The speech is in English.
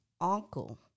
uncle